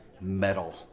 metal